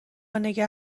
نگه